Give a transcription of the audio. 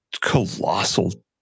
colossal